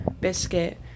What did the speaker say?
biscuit